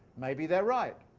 maybe they're right.